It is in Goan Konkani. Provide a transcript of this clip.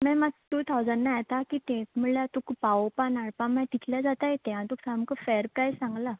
मॅम आतां टू थावजंडा येता कितें म्हळ्यार तुका पावोपा आनी हाडपा म्हळ्यार तितले जाताय ते तुका सामको फेर प्रायज सांगला